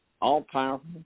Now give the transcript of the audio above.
all-powerful